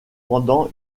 pendant